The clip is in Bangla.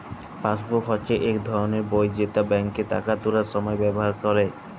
পাসবুক হচ্যে ইক ধরলের বই যেট ব্যাংকে টাকা তুলার সময় ব্যাভার ক্যরে